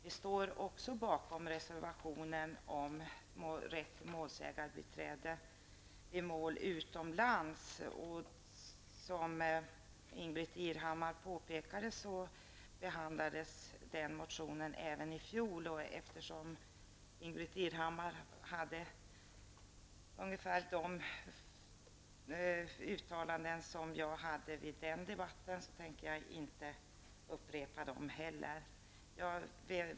Vi stöder också reservationen om rätt till målsägandebiträde när det gäller mål utomlands. Som Ingbritt Irhammar påpekat behandlades motionen i fråga även i fjol. Eftersom Ingbritt Irhammar nu har gjort uttalanden som ungefär överensstämmer med dem som jag gjorde vid det tillfället, tänker jag inte upprepa mig.